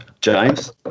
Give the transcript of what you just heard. James